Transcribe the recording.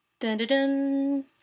Dun-dun-dun